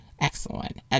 Excellent